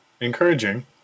Encouraging